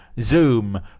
Zoom